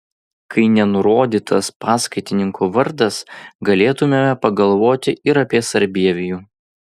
kai nenurodytas paskaitininko vardas galėtumėme pagalvoti ir apie sarbievijų